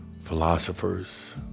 philosophers